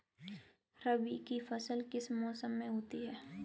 रबी की फसल किस मौसम में होती है?